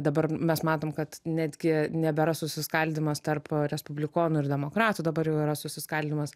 dabar mes matom kad netgi nebėra susiskaldymas tarp respublikonų ir demokratų dabar jau yra susiskaldymas